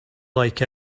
like